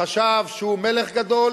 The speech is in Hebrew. חשב שהוא מלך גדול